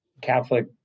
Catholic